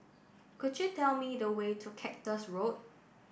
could you tell me the way to Cactus Road